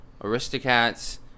Aristocats